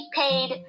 paid